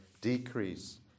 decrease